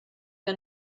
que